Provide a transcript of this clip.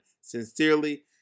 sincerely